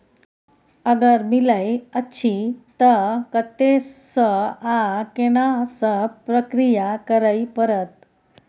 अगर मिलय अछि त कत्ते स आ केना सब प्रक्रिया करय परत?